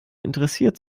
interessiert